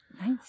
Nice